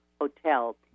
Hotel